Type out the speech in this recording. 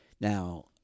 Now